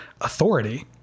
authority